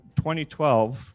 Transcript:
2012